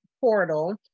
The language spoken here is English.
portal